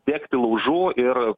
degti laužų ir